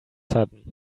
sudden